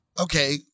Okay